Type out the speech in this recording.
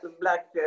black